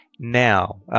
Now